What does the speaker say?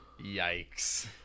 Yikes